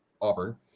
auburn